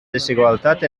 desigualtat